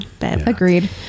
Agreed